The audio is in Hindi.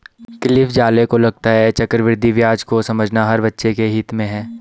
क्लिफ ज़ाले को लगता है चक्रवृद्धि ब्याज को समझना हर बच्चे के हित में है